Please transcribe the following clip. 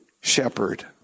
shepherd